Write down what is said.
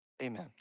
Amen